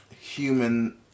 human